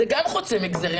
זה גם חוצה מגזרים.